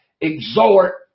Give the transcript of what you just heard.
exhort